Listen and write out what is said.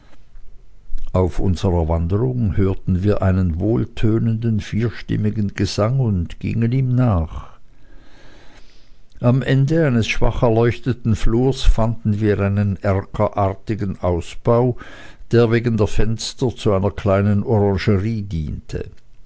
auf unserer wanderung hörten wir einen wohltönenden vierstimmigen gesang und gingen ihm nach am ende eines schwach erleuchteten flures fanden wir einen erkerartigen ausbau der wegen seiner fenster zu einer kleinen orangerie diente